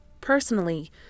personally